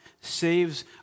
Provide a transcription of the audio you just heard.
saves